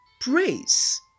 praise